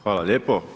Hvala lijepo.